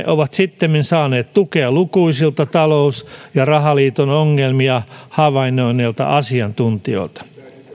ovat sittemmin saaneet tukea lukuisilta talous ja rahaliiton ongelmia havainnoinneilta asiantuntijoilta